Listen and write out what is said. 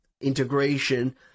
integration